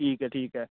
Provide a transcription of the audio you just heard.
ਠੀਕ ਹੈ ਠੀਕ ਹੈ